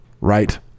right